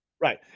Right